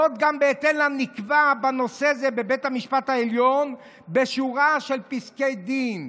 זאת גם בהתאם לנקבע בנושא זה בבית המשפט העליון בשורה של פסקי דין.